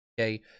Okay